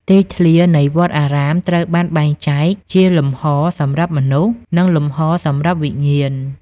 ទីធ្លា នៃវត្តអារាមត្រូវបានបែងចែកជាលំហសម្រាប់មនុស្ស និងលំហសម្រាប់វិញ្ញាណ។